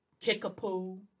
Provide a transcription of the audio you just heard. Kickapoo